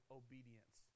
obedience